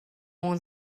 اون